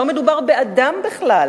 לא מדובר באדם בכלל,